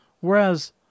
Whereas